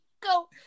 go